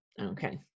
Okay